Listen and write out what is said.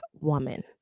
woman